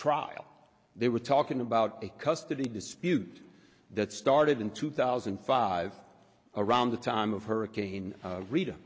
trial they were talking about a custody dispute that started in two thousand and five around the time of hurricane rita